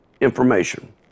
information